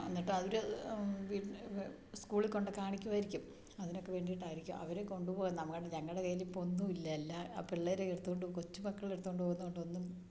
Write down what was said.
എന്നിട്ടവർ സ്കൂളിക്കൊണ്ട കാണിക്കുവായിരിക്കും അതിനൊക്കെ വേണ്ടിയിട്ടായിരിക്കും അവർ കൊണ്ടുപോവുക നമ്മൾ ഞങ്ങളുടെ കയ്യിൽ ഇപ്പം ഒന്നുമില്ല എല്ലാ ആ പിള്ളേരെ എടുത്തോണ്ട് കൊച്ചു മക്കൾ എടുത്തോണ്ട് പോകുന്നുണ്ട് എന്നും